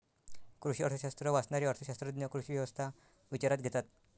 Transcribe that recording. कृषी अर्थशास्त्र वाचणारे अर्थ शास्त्रज्ञ कृषी व्यवस्था विचारात घेतात